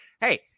hey